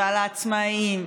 ועל העצמאים,